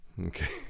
Okay